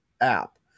app